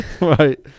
right